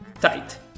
tight